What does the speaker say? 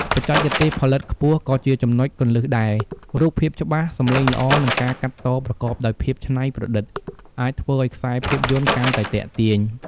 បច្ចេកទេសផលិតខ្ពស់ក៏ជាចំណុចគន្លឹះដែរ រូបភាពច្បាស់ សម្លេងល្អ និងការកាត់តប្រកបដោយភាពច្នៃប្រឌិត អាចធ្វើឱ្យខ្សែភាពយន្តកាន់តែទាក់ទាញ។